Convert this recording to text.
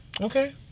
Okay